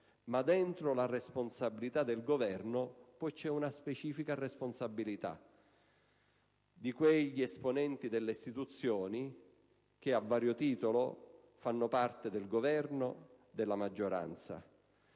ma dentro la responsabilità del Governo c'è poi una specifica responsabilità: mi riferisco a quella quegli esponenti delle istituzioni, che a vario titolo fanno parte del Governo e della maggioranza,